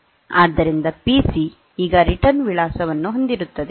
ಆದ್ದರಿಂದ ಪಿಸಿ ಈಗ ರಿಟರ್ನ್ ವಿಳಾಸವನ್ನು ಹೊಂದಿರುತ್ತದೆ